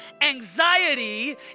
Anxiety